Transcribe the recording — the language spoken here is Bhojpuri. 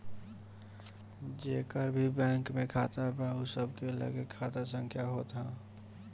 जेकर भी बैंक में खाता बा उ सबके लगे खाता संख्या होत हअ